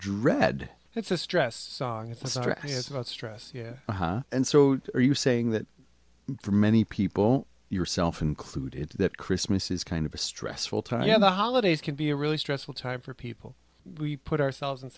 dread it's a stressed song it's not just about stress and so are you saying that for many people yourself included that christmas is kind of a stressful time for the holidays can be a really stressful time for people we put ourselves in